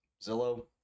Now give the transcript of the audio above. Zillow